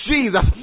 Jesus